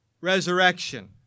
resurrection